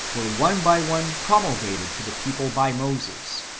were one by one pro mulgated to the people by moses,